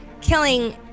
killing